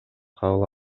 кабыл